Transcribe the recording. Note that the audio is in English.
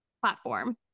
platform